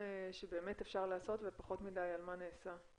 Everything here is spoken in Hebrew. שבאמת אפשר לעשות ופחות מדי על מה נעשה.